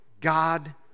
God